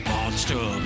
Monster